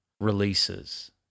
releases